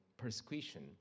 Persecution